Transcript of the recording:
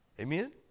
Amen